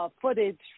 footage